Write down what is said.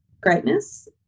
greatness